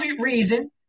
reason